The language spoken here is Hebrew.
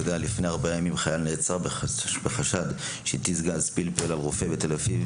לפני ארבעה ימים חייל נעצר בחשד שהתיז גז פלפל על רופא בתל אביב,